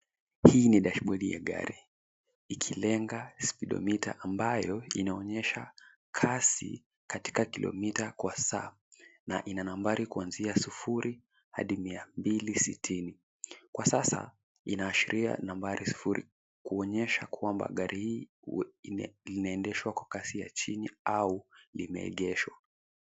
Hii ni dashibodi ya gari, ikilenga spidomita ambayo inaonyesha kasi katika kilomita kwa saa na ina nambari kuanzia sufuri hadi mia mbili sitini. Kwa sasa inaashiria nambari surufi kuonyesha kwamba gari hii linaendeshwa kwa kasi ya chini au limeegeshwa.